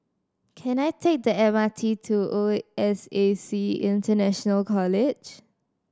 can I take the M R T to O S A C International College